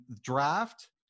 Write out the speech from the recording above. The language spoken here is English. draft